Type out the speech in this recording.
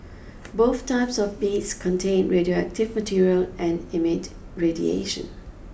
both types of beads contain radioactive material and emit radiation